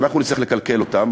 אנחנו נצטרך לכלכל אותם,